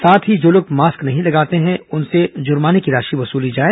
साथ ही जो लोग मास्क नहीं लगाते हैं उनसे जुर्माने की राशि की वसूली जाए